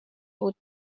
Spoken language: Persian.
بود